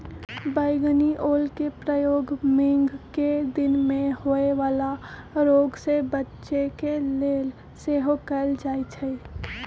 बइगनि ओलके प्रयोग मेघकें दिन में होय वला रोग से बच्चे के लेल सेहो कएल जाइ छइ